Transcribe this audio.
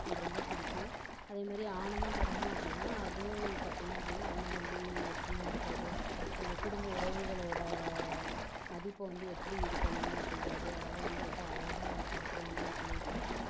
எனக்கு ரொம்ப பிடிக்கும் அதே மாதிரி ஆனந்தம் படமும் அப்படி தான் அதுவும் பார்த்தீங்க அப்படின்னா அண்ணன் தம்பி ஒற்றுமையாக இருக்கறது அந்த குடும்ப உறவுகளோட மதிப்பை வந்து எப்படி இது பண்ணனும் அப்படிங்கிறது அதெல்லாம் வந்து ரொம்ப அழகாக அந்த படத்தில் வந்து இது பண்ணிருப்பாங்க